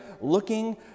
looking